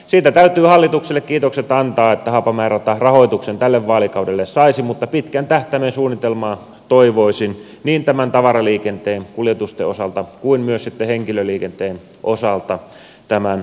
siitä täytyy hallitukselle kiitokset antaa että haapamäen rata rahoituksen tälle vaalikaudelle saisi mutta pitkän tähtäimen suunnitelmaa toivoisin niin tämän tavaraliikenteen kuljetusten osalta kuin myös sitten henkilöliikenteen osalta tämän haapamäen radan suhteen